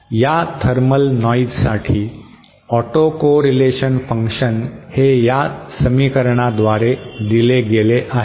या थर्मल नॉइजसाठी autocorrelation function हे या समीकरणाद्वारे दिले गेले आहे